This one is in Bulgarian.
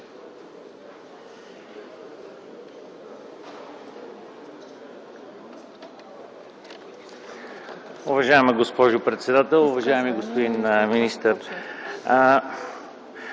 Уважаема госпожо председател, уважаеми господин министър.